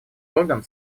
орган